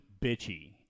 bitchy